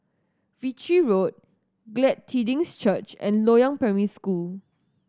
Ritchie Road Glad Tidings Church and Loyang Primary School